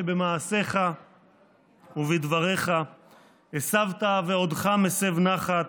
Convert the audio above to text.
שבמעשיך ובדבריך הסבת ועודך מסב נחת